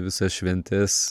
visas šventes